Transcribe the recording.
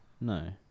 No